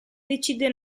decide